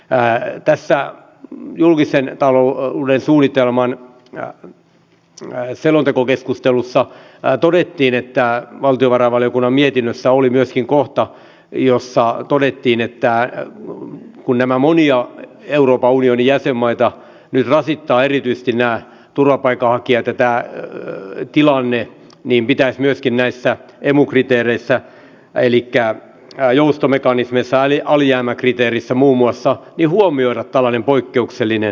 näin tässä on julkisen talouden suunnitelman ja tulee selontekokeskustelussa todettiin että valtiovarainvaliokunnan mietinnössä oli myöskin kohta jossa todettiin että hän on kun nämä monia europa union jäsenmaita ylirasittaa erityisesti nää turvapaikkaa kiertää nyt tilanne ei pidä myöskin näissä emu kriteereissä elikkä joustomekanismeissa oli alijäämäkriteeristä muun muassa j huomioida tällainen poikkeuksellinen